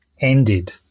ended